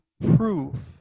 proof